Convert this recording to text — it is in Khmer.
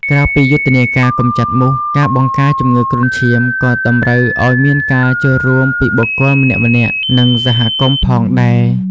ក្រៅពីយុទ្ធនាការកម្ចាត់មូស ការបង្ការជំងឺគ្រុនឈាមក៏តម្រូវឱ្យមានការចូលរួមពីបុគ្គលម្នាក់ៗ និងសហគមន៍ផងដែរ។